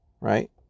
right